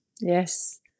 Yes